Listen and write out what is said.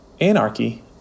anarchy